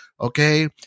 Okay